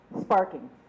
sparking